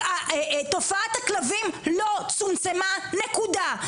תופעת הכלבים לא צומצמה, נקודה.